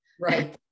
right